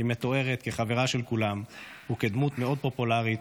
היא מתוארת כחברה של כולם וכדמות מאוד פופולרית,